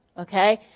okay.